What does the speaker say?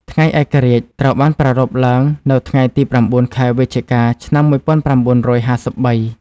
ថ្ងៃឯករាជ្យត្រូវបានប្រារព្ធឡើងនៅថ្ងៃទី៩ ខែវិច្ឆិកា ឆ្នាំ១៩៥៣។